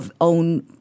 own